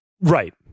Right